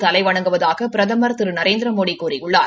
தலைவைணங்குவதாக பிரதமர் திரு நரேந்திரமோடி கூறியுள்ளார்